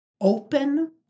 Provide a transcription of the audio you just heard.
open